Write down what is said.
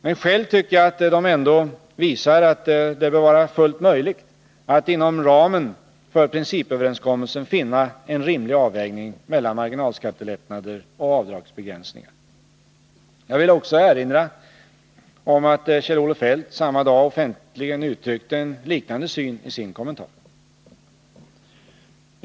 Men själv tycker jag att de ändå visar att det bör vara fullt möjligt att inom ramen för principöverenskommelsen finna en rimlig avvägning mellan marginalskattelättnader och avdragsbegränsningar. Jag vill också erinra om att Kjell-Olof Feldt samma dag offentligen uttryckte en liknande syn i sin kommentar.